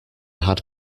had